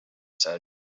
said